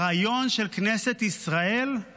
הרעיון של כנסת ישראל הוא